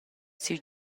siu